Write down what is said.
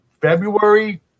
February